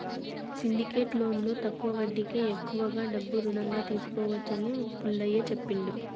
syndicate లోన్లో తక్కువ వడ్డీకే ఎక్కువ డబ్బు రుణంగా తీసుకోవచ్చు అని పుల్లయ్య చెప్పిండు